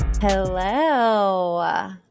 Hello